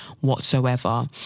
whatsoever